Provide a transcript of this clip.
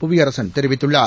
புவியரசன் தெரிவித்குள்ளார்